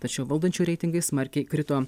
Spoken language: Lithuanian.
tačiau valdančiųjų reitingai smarkiai krito